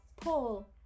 Paul